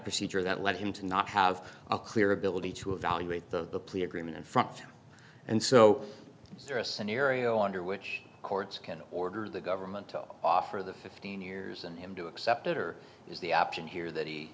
procedure that led him to not have a clear ability to evaluate the plea agreement in front and so is there a scenario under which courts can order the government to offer the fifteen years and him to accept it or has the option here that he